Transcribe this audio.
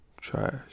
Trash